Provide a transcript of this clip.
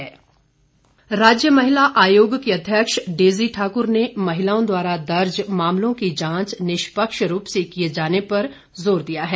महिला आयोग राज्य महिला आयोग की अध्यक्ष डेजी ठाक्र ने महिलाओं द्वारा दर्ज मामलों की जांच निष्पक्ष रूप से किए जाने पर जोर दिया है